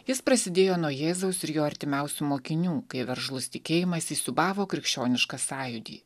jis prasidėjo nuo jėzaus ir jo artimiausių mokinių kai veržlus tikėjimas įsiūbavo krikščionišką sąjūdį